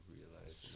realize